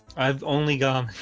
i've only gone